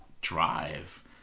drive